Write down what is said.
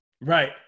Right